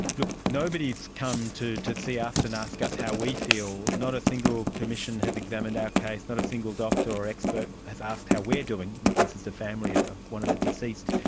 look, nobody has come to to see us and ask us how we feel, not a single commission has examined our case, not a single doctor or expert has asked how we are doing this is the family of of one of the deceased.